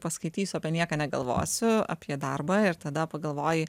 paskaitysiu apie nieką negalvosiu apie darbą ir tada pagalvoji